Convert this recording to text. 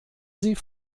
sie